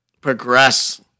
progress